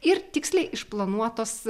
ir tiksliai išplanuotos